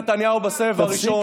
תפסיק